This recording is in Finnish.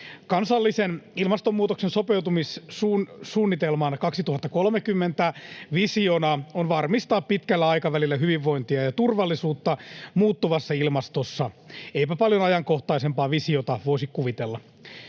Kansallisen ilmastonmuutokseen sopeutumissuunnitelman 2030 visiona on varmistaa pitkällä aikavälillä hyvinvointia ja turvallisuutta muuttuvassa ilmastossa. — Eipä paljon ajankohtaisempaa visiota voisi kuvitella.